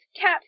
cat